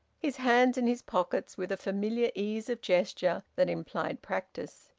his hands in his pockets, with a familiar ease of gesture that implied practice.